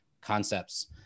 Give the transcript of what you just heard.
concepts